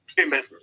Amen